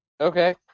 okay